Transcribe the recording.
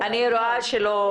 זה לא